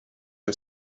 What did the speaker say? her